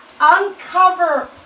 Uncover